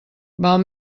val